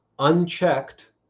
unchecked